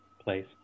place